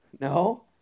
no